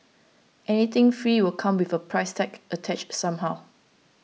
anything free will come with a price tag attached somehow